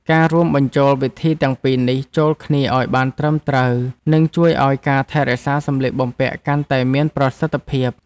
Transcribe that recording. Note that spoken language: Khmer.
ការរួមបញ្ចូលវិធីទាំងពីរនេះចូលគ្នាឱ្យបានត្រឹមត្រូវនឹងជួយឱ្យការថែរក្សាសម្លៀកបំពាក់កាន់តែមានប្រសិទ្ធភាព។